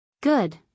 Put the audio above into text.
Good